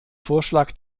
vorschlag